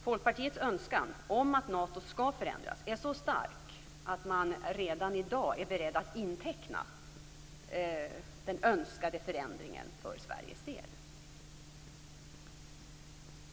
Folkpartiets önskan om att Nato skall förändras är så stark att man redan i dag är beredd att inteckna den önskade förändringen för Sveriges del.